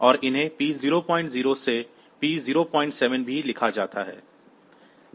और उन्हें P00 से P07 भी लिखा जाता है